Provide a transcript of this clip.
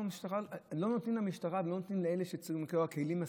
שלא נותנים למשטרה ולא נותנים לאלה מספיק כלים.